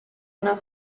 una